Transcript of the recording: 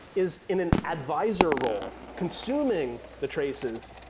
is in an advisor role. consuming the traces,